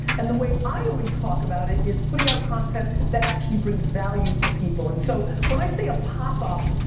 and the way i always talk about it, is putting out content that actually brings value to people. and so, when i say a pop-up.